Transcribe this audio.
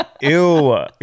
ew